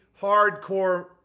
hardcore